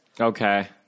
Okay